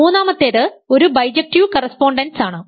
മൂന്നാമത്തേത് ഒരു bijective correspondence ആണ്